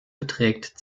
beträgt